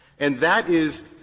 and that is,